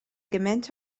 gymaint